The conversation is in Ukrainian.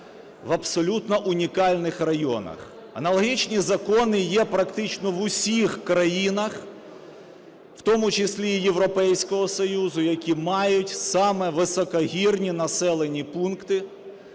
в абсолютно унікальних районах. Аналогічні закони є практично в усіх країнах, в тому числі і Європейського Союзу, які мають саме високогірні населені пункти,